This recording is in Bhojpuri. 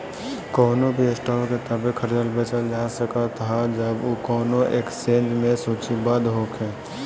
कवनो भी स्टॉक के तबे खरीदल बेचल जा सकत ह जब उ कवनो एक्सचेंज में सूचीबद्ध होखे